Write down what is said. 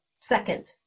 second